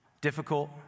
difficult